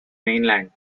mainland